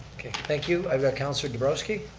okay, thank you, i got councilor dabrowski.